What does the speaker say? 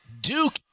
Duke